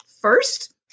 first